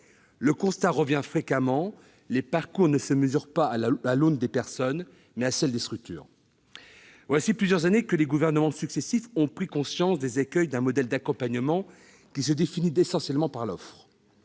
Le constat revient fréquemment : les parcours ne se mesurent pas à l'aune des personnes, mais à celles des structures. Voilà plusieurs années que les gouvernements successifs ont pris conscience des écueils d'un modèle d'accompagnement qui se définit essentiellement par l'offre.